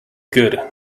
good